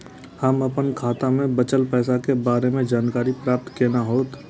हम अपन खाता में बचल पैसा के बारे में जानकारी प्राप्त केना हैत?